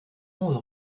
onze